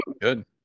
good